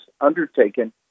undertaken